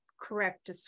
correct